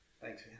Thanks